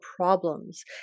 problems